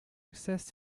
access